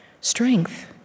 strength